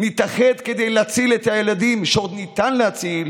נתאחד כדי להציל את הילדים שעוד ניתן להציל,